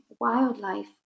wildlife